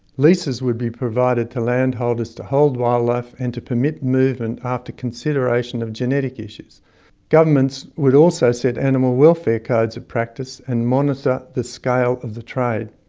leases would be provided to landholders to hold wildlife and to permit movement after consideration of genetic issues governments would also set animal welfare codes of practice and monitor the scale of the trade.